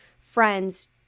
friends